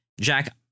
Jack